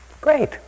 Great